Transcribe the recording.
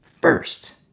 first